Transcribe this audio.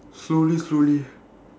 slowly slowly